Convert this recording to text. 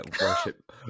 worship